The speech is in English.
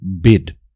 bid